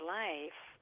life